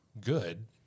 good